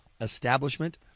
establishment